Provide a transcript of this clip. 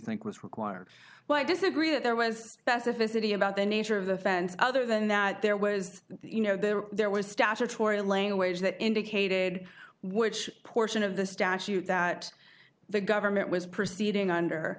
think was required well i disagree that there was that's a physically about the nature of the fence other than that there was you know there there was statutory language that indicated which portion of the statute that the government was proceeding